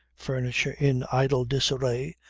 furniture in idle disarray,